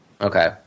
okay